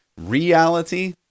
reality